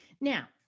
Now